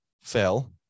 fell